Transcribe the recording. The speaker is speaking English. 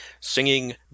singing